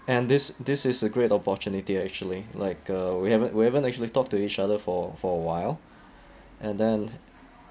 and this this is a great opportunity actually like uh we haven't we haven't actually talked to each other for for a while and then